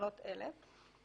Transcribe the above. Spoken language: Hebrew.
תקנות רשות שדות התעופה (אגרות) (הוראת שעה),